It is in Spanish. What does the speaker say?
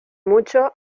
mucho